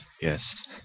yes